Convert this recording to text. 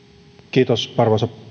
arvoisa